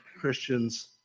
Christians